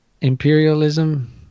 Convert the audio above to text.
imperialism